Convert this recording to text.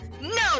No